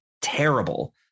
terrible